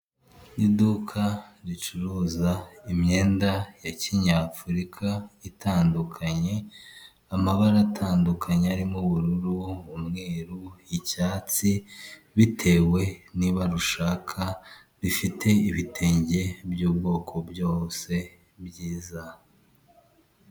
Iduka ricuruza imyenda ya kinyafurika itandukanye, amabara atandukanye arimo ubururu, umweruru, icyatsi, bitewe n'ibara ushaka, rifite ibitenge by'ubwoko byose byiza.